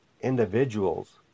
individuals